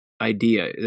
idea